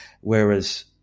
whereas